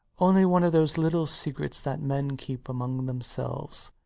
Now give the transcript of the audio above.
only one of those little secrets that men keep among themselves.